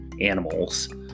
animals